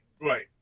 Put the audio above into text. right